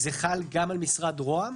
זה חל גם על משרד רה"מ